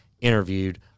interviewed